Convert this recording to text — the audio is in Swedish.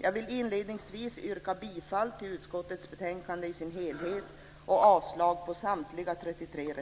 Jag vill inledningsvis yrka bifall till förslaget i utskottets betänkande i dess helhet och avslag på samtliga 33